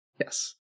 Yes